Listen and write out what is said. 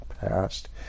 past